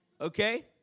Okay